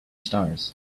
stars